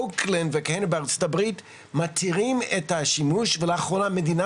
אוקלנד וכאלה בארצות הברית מתירים את השימוש ולאחרונה מדינה